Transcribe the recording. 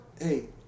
Hey